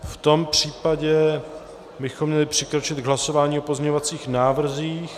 V tom případě bychom měli přikročit k hlasování o pozměňovacích návrzích.